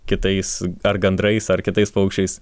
kitais ar gandrais ar kitais paukščiais